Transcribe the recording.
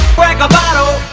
crack a bottle